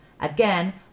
Again